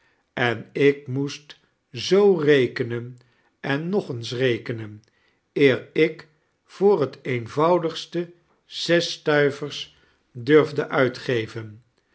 en ik moest zoo rekenen en nog eens rekenen eer ik voor het eenvoudigste zes stuivers durfde uitgeven